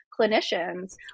clinicians